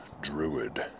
druid